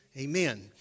Amen